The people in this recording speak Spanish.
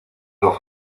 los